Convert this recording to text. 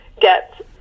get